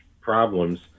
problems